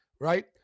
right